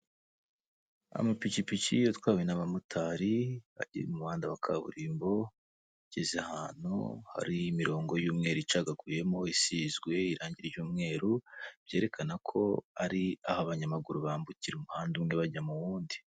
Amapikipiki atwawe n'abamotari, agiye mu muhanda kaburimbo, ageze ahantu hari imirongo y'umweru icagakumo, isizwe irange ry'umweru, byerekana ko ari aho abanyamaguru bambukira umuhanda umwe bajya mu wundi.